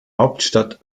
hauptstadt